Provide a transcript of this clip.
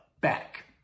back